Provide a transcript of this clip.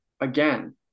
Again